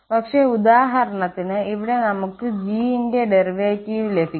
പക്ഷേ ഉദാഹരണത്തിന് ഇവിടെ നമുക്ക് g ന്റെ ഡെറിവേറ്റീവ് ലഭിക്കും